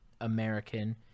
American